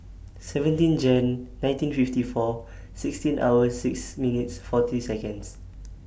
seventeen Jan nineteen fifty four sixteen hour six minute forty Seconds